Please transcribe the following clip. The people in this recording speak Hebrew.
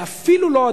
ואפילו לא,